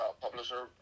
publisher